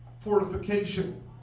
fortification